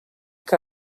que